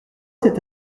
cet